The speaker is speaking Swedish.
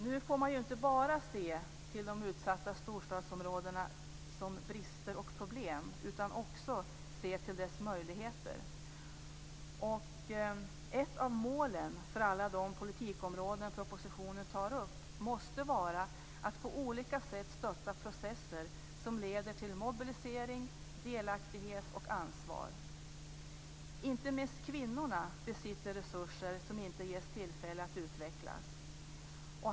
Nu får man ju inte bara se de utsatta storstadsområdena som bärare av brister och problem utan måste också se till deras möjligheter. Ett av målen för alla de politikområden som tas upp i propositionen måste vara att på olika sätt stötta processer som leder till mobilisering, delaktighet och ansvar. Inte minst kvinnorna besitter resurser som inte ges tillfälle att utvecklas.